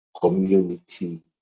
community